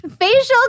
facial